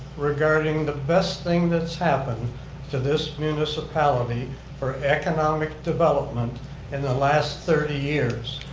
regarding the best thing that's happened to this municipality for economic development in the last thirty years.